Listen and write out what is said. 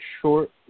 short